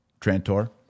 Trantor